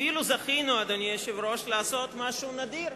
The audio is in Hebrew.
אפילו זכינו, אדוני היושב-ראש, לעשות משהו נדיר.